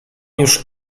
już